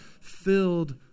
filled